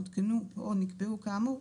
עודכנו או נקבעו כאמור,